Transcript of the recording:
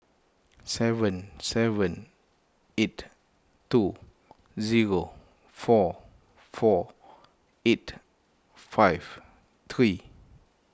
seven seven eight two zero four four eight five three